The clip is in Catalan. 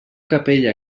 capella